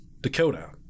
Dakota